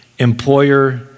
employer